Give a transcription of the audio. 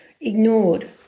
ignored